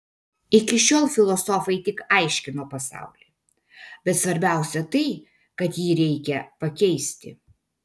iki šiol filosofai tik aiškino pasaulį bet svarbiausia tai kad jį reikia pakeisti